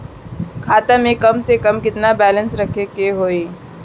खाता में कम से कम केतना बैलेंस रखे के होईं?